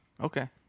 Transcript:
Okay